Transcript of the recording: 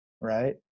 right